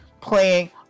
Playing